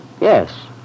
Yes